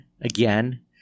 again